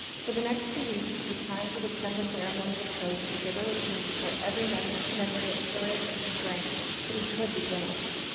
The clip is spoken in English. for the next two weeks, as the time for the december ceremony approached. the giver would transfer every memory memory of courage and strength that he could to jonas.